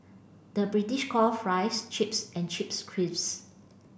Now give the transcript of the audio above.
the British call fries chips and chips crisps